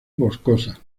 boscosa